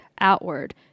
outward